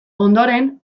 ondoren